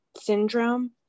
syndrome